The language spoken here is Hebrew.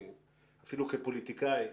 אני אפילו כפוליטיקאי,